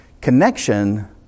Connection